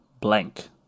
blank